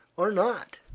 or not.